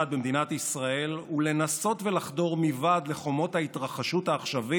במדינת ישראל ולנסות ולחדור מבעד לחומות ההתרחשות העכשווית,